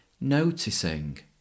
noticing